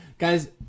Guys